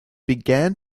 began